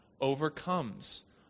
overcomes